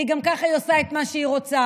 כי גם כך היא עושה את מה שהיא רוצה.